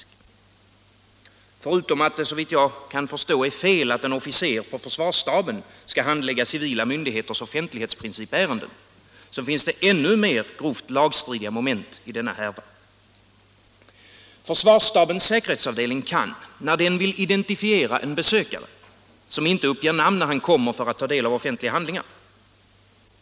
65 Förutom att det såvitt jag kan förstå är fel att en officer på försvarsstaben skall handlägga civila myndigheters offentlighetsprincipärenden finns det ännu mer grovt lagstridiga moment i denna härva. Försvarsstabens säkerhetsavdelning kan när den vill identifiera en besökare som inte uppger namn när han kommer för att ta del av offentliga handlingar.